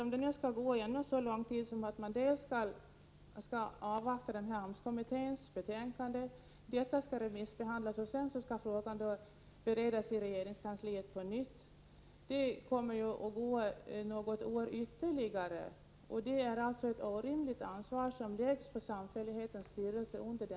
Om vi skall avvakta AMS-kommitténs betänkande och remissbehandlingen av det och frågan sedan skall beredas i regeringskansliet på nytt, kommer det att gå ytterligare något år. Under den tiden är det ett orimligt ansvar som läggs på samfällighetens styrelse.